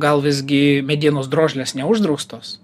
gal visgi medienos drožlės neuždraustos